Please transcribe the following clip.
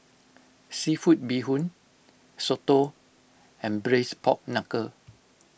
Seafood Bee Hoon Soto and Braised Pork Knuckle